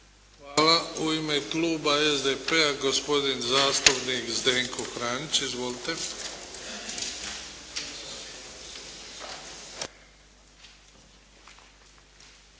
Hvala. U ime kluba SDP-a, gospodin zastupnik Zdenko Franić. Izvolite.